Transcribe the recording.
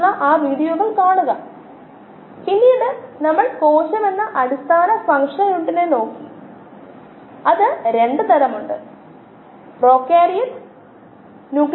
ഉൽപ്പന്ന രൂപീകരണ നിരക്കിനായി ല്യൂഡെക്കിംഗ് പൈററ്റ് മോഡൽ എന്ന് വിളിക്കപ്പെടുന്ന വളരെ ജനപ്രിയമായ മോഡലിലേക്ക് നമ്മൾ നോക്കി അത് അങ്ങനെ പോകുന്നു ആൽഫ സമയത്തിന് തുല്യമാണ് വളർച്ചയെ ആശ്രയിച്ചുള്ള പാരാമീറ്ററും ബീറ്റാ സമയവും x വളർച്ചാ സ്വതന്ത്ര പാരാമീറ്റർ